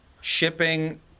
shipping